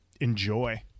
Enjoy